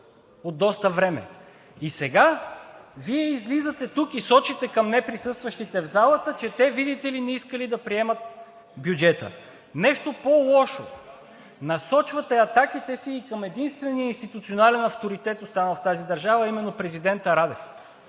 от доста време. И сега Вие излизате тук и сочите към неприсъстващите в залата, че те, видите ли, не искали да приемат бюджета! Нещо по-лошо, насочвате атаките си към единствения институционален авторитет, останал в тази държава, а именно към президента Радев,